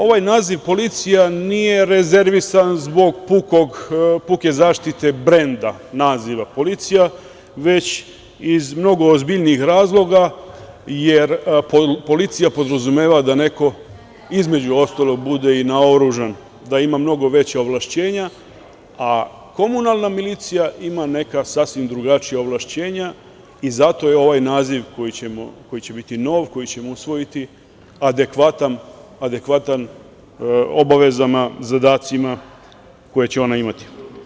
Ovaj naziv policija nije rezervisan zbog puke zaštite brenda naziva policija, već iz mnogo ozbiljnijih razloga, jer policija podrazumeva da neko, između ostalog bude i naoružan, da ima mnogo veća ovlašćenja, a komunalna milicija ima neka sasvim drugačija ovlašćenja i zato je ovaj naziv koji će biti nov, koji ćemo usvojiti, adekvatan obavezama, zadacima koje će ona imati.